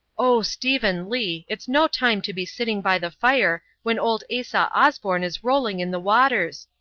o stephen lee, it's no time to be sitting by the fire, when old asa osborn is rolling in the waters.